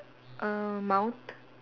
err mouth